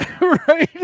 Right